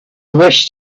wish